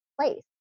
place